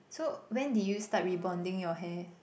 so when did you start re bonding your hair